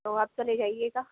تو آپ چلے جائیے گا